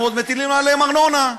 אנחנו עוד מטילים עליהן ארנונה.